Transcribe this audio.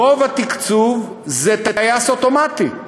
רוב התקצוב זה טייס אוטומטי.